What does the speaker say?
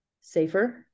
safer